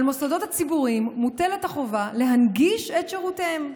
על המוסדות הציבוריים מוטלת החובה להנגיש את שירותיהם.